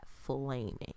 flaming